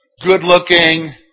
good-looking